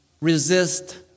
resist